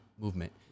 movement